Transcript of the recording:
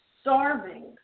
starving